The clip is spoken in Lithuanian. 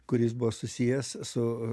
kuris buvo susijęs su